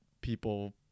people